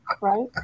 right